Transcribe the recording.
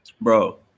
bro